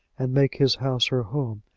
and make his house her home,